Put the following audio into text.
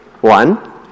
one